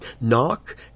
Knock